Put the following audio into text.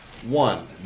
one